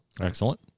Excellent